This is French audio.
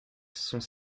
sont